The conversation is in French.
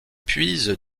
puise